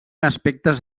aspectes